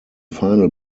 final